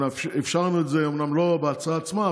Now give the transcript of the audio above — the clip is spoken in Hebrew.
אומנם לא בהצעה עצמה,